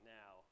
now